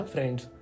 Friends